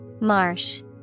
Marsh